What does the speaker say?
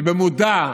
שבמודע,